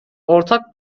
ortak